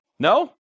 No